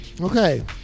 Okay